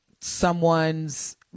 someone's